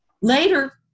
later